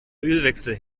ölwechsel